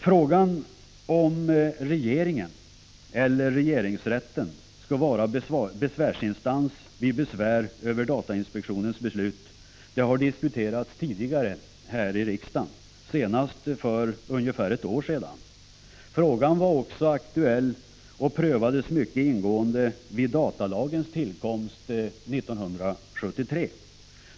Frågan om regeringen eller regeringsrätten skall vara besvärsinstans vid besvär över datainspektionens beslut har diskuterats tidigare här i riksdagen, senast för ungefär ett år sedan. Frågan var också aktuell och prövades mycket ingående vid datalagens tillkomst 1973.